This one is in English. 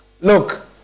Look